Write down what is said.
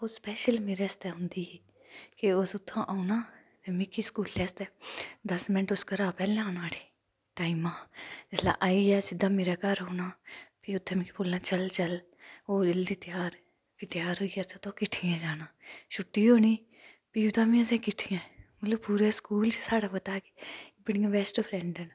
ओह् सिर्फ मेरे आस्तै औंदी ही फ्ही उस उत्थूं दा औना मिगी स्कूलै आस्तै उस दस मिण्ट पैह्लें औना उठी आइयै सिद्धै मेरे घर औना फ्ही मिगी बोलना चल चल हो जल्दी त्यार फ्ही त्यार होइयै असें किट्ठे जाना छुट्टी होनी फ्ही औना बी असें किट्ठे मतलब पूरे स्कूल च पता हा कि एह् कुडियां बैस्ट फ्रैंड न